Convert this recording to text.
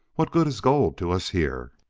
what good is gold to us here?